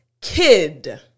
kid